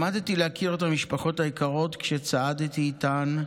למדתי להכיר את המשפחות היקרות כשצעדתי איתן,